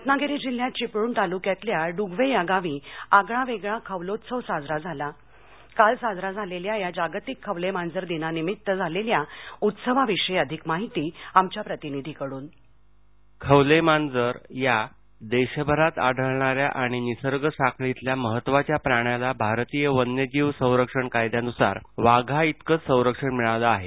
रत्नागिरी जिल्ह्यात चिपळूण तालुक्यातल्या ड्गवे या गावी आगळावेगळा खवलोत्सव साजरा झाला काल साजऱ्या झालेल्या जागतिक खवलेमांजर दिनानिमित्तानं झालेल्या या उत्सवाविषयी अधिक माहिती आमच्या प्रतिनिधींकडून खवलेमांजर या देशभर आढळणाऱ्या आणि निसर्गसाखळीतल्या महत्वाच्या प्राण्याला भारतीय वन्यजीव संरक्षण कायद्यानुसार वाघाइतकंच संरक्षण मिळालं आहे